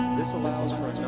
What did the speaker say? this allows